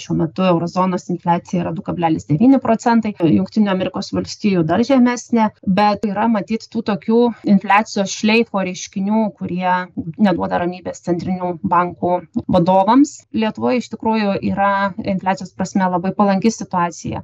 šiuo metu euro zonos infliacija yra du kablelis devyni procentai jungtinių amerikos valstijų dar žemesnė bet yra matyt tokių infliacijos šleifo reiškinių kurie neduoda ramybės centrinių bankų vadovams lietuvoj iš tikrųjų yra infliacijos prasme labai palanki situacija